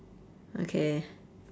okay